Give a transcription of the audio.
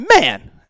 man